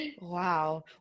Wow